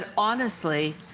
ah honestly,